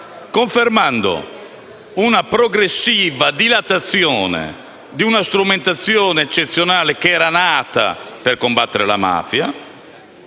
Confermo, quindi, una progressiva dilatazione di una strumentazione eccezionale, nata per combattere la mafia